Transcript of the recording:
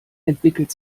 entwickelt